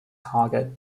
target